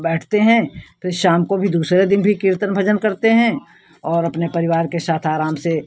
बैठते हैं फिर शाम को भी दूसरे दिन भी कीर्तन भजन करते हैं और अपने परिवार के साथ आराम से